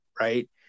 right